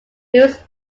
louis